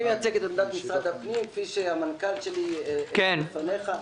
אני מייצג את עמדת משרד הפנים כפי שהמנכ"ל שלי אמר לפניך.